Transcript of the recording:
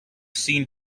seen